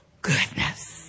goodness